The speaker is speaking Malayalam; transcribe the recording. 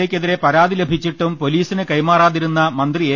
എ ക്കെതിരെ പരാതി ലഭിച്ചിട്ടും പൊലീസിന് കൈമാറാതിരുന്ന മന്ത്രി എ